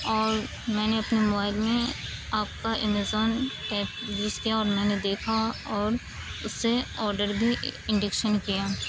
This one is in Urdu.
اور میں نے اپنے موبائل میں آپ كا ایمیزون ایپ یوز كیا اور میں نے دیکھا اور اس سے آڈر بھی انڈکشن کیا